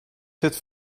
zit